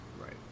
Right